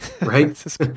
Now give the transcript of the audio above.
right